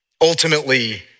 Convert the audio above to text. Ultimately